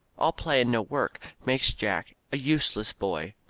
all play and no work makes jack a useless boy,